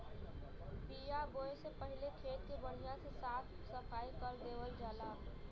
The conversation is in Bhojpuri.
बिया बोये से पहिले खेत के बढ़िया से साफ सफाई कर देवल जाला